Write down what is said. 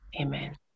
amen